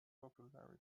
popularity